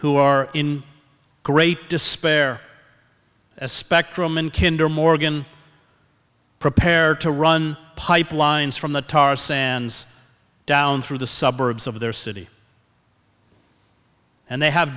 who are in great despair as spectrum and kinda morgan prepare to run pipelines from the tar sands down through the suburbs of their city and they have